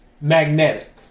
magnetic